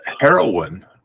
heroin